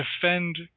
defend